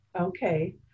okay